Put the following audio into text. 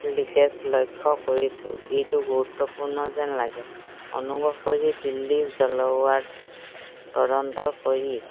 leakage লক্ষ্য কৰিছো এইটো গুৰুত্বপূৰ্ণ যেন লাগে অনুগ্ৰহ কৰি দিল্লী জল ৱাৰ্ড তদন্ত কৰি